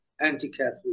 anti-Catholic